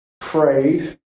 prayed